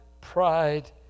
pride